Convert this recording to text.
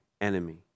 enemy